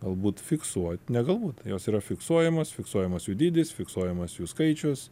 galbūt fiksuo ne galbūt jos yra fiksuojamos fiksuojamas jų dydis fiksuojamas jų skaičius